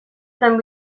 zen